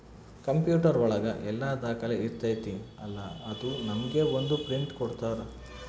computer ಒಳಗ ಎಲ್ಲ ದಾಖಲೆ ಇರ್ತೈತಿ ಅಲಾ ಅದು ನಮ್ಗೆ ಒಂದ್ ಪ್ರಿಂಟ್ ಕೊಡ್ತಾರ